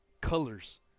colors